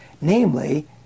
namely